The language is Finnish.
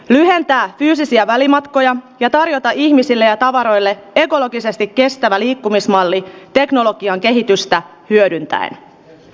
iältään fyysisiä välimatkoja ja tarjota ihmisille ja tavaroille ekologisesti kestävää liikkumismallit teknologian kehitystä hyödyntää